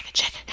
jackie,